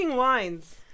Wines